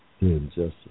injustice